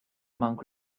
monk